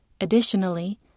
Additionally